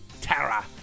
Tara